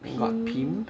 then got pimp